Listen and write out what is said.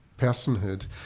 personhood